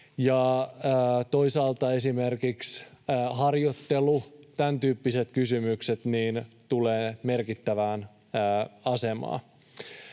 toisaalta esimerkiksi harjoittelu, tämäntyyppiset kysymykset tulevat merkittävään asemaan.